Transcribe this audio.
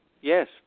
yes